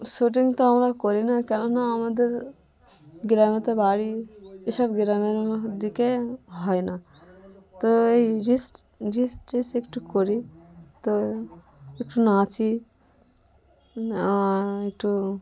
shooting তো আমরা করি না কেন না আমাদের গ্রামেতে বাড়ি এসব গ্রামের দিকে হয় না তো এই রিলস রিলস টিস একটু করি তো একটু নাচি একটু